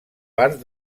part